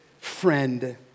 friend